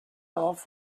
off